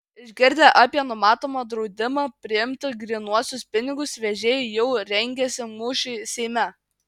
išgirdę apie numatomą draudimą priimti grynuosius pinigus vežėjai jau rengiasi mūšiui seime